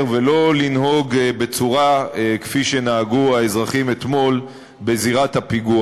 ולא לנהוג כפי שנהגו האזרחים אתמול בזירת הפיגוע.